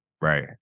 Right